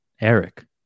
eric